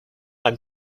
i’m